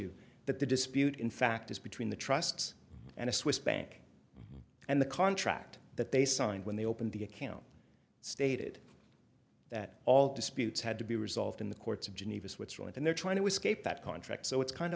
you that the dispute in fact is between the trusts and a swiss bank and the contract that they signed when they opened the account stated that all disputes had to be resolved in the courts of geneva switzerland and they're trying to escape that contract so it's kind